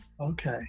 okay